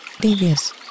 Devious